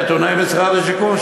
נתוני משרד השיכון,